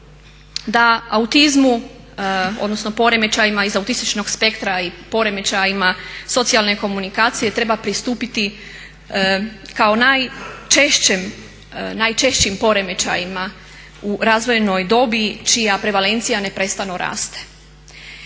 da autizmu odnosno poremećajima iz autističnog spektra i poremećajima socijalne komunikacije treba pristupiti kao najčešćim poremećajima u razvojnoj dobi čija prevalencija neprestano raste.